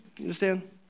understand